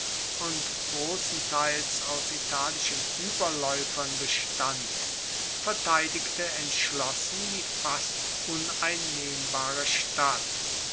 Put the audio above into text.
und grossenteils aus italischen ueberlaeufern bestand verteidigte entschlossen die fast uneinnehmbare stadt